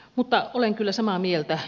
mutta olen kyllä samaa mieltä